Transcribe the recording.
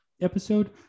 episode